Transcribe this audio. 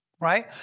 right